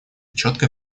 четкое